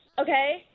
Okay